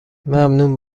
ممنون